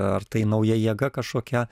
ar tai nauja jėga kažkokia